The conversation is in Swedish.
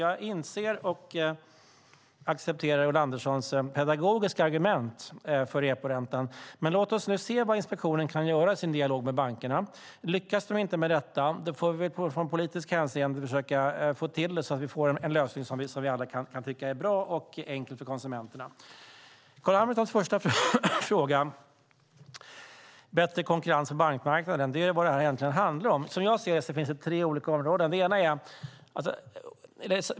Jag inser och accepterar Ulla Anderssons pedagogiska argument för reporäntan, men låt oss nu se vad inspektionen kan göra i sin dialog med bankerna. Lyckas man inte med detta får vi från politiskt håll försöka få till en lösning som vi kan tycka är bra och som är enkel för konsumenterna. Carl B Hamiltons första fråga - bättre konkurrens för bankmarknaden - är vad detta egentligen handlar om.